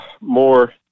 more